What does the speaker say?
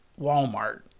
Walmart